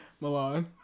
Milan